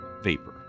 vapor